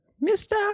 Mister